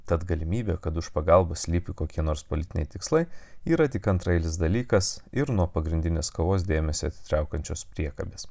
tad galimybė kad už pagalbos slypi kokie nors politiniai tikslai yra tik antraeilis dalykas ir nuo pagrindinės kovos dėmesio atsitraukiančios priekabės